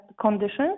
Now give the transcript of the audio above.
conditions